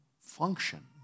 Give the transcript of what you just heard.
function